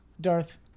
Darth